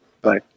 Bye